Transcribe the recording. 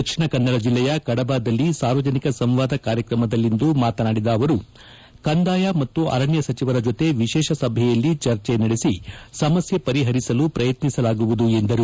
ದಕ್ಷಿಣ ಕನ್ನಡ ಜಿಲ್ಲೆಯ ಕಡಬದಲ್ಲಿ ಸಾರ್ವಜನಿಕ ಸಂವಾದ ಕಾರ್ಯಕ್ರಮದಲ್ಲಿಂದು ಮಾತನಾಡಿದ ಅವರು ಕಂದಾಯ ಮತ್ತು ಅರಣ್ಯ ಸಚಿವರ ಜೊತೆ ವಿಶೇಷ ಸಭೆಯಲ್ಲಿ ಚರ್ಚೆ ನಡೆಸಿ ಸಮಸ್ಕೆ ಪರಿಹರಿಸಲು ಪ್ರಯತ್ನಿಸಲಾಗುವುದು ಎಂದರು